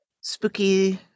spooky